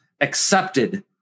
accepted